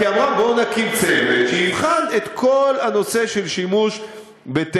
כי היא אמרה: בואו נקים צוות שיבחן את כל הנושא של שימוש בטייזר.